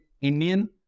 Indian